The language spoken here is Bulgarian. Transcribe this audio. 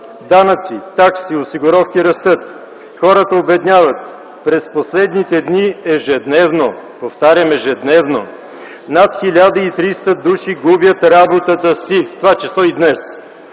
Данъци, такси, осигуровки растат, хората обедняват. През последните дни ежедневно, повтарям, ежедневно над 1300 души губят работата си. В това число и днес.